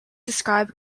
describe